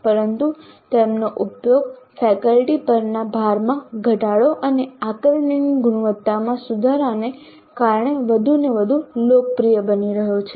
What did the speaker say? પરંતુ તેમનો ઉપયોગ ફેકલ્ટી પરના ભારમાં ઘટાડો અને આકારણીની ગુણવત્તામાં સુધારાને કારણે વધુને વધુ લોકપ્રિય બની રહ્યો છે